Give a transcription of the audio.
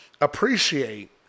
appreciate